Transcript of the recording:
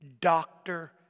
doctor